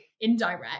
indirect